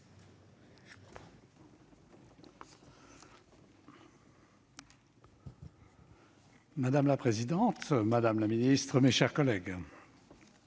Madame la présidente, monsieur le ministre, mes chers collègues,